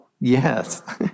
Yes